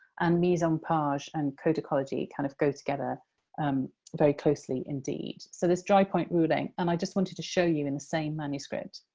and mise-en-page and codicology kind of go together um very closely indeed. so this dry-point ruling, and i just wanted to show you in the same manuscript.